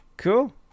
cool